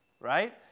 right